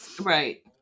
Right